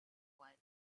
while